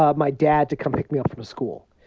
ah my dad to come pick me up from school.